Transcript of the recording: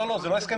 לא, זה לא הסכם